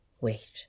Wait